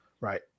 Right